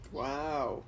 wow